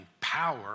power